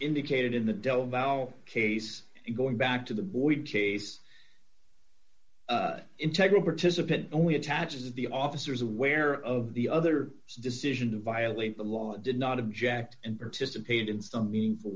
indicated in the don't bow case going back to the boyd case integra participant only attaches the officers aware of the other decision to violate the law did not object and participated in some meaningful